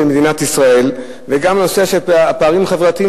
מדינת ישראל וגם הנושא של הפערים החברתיים,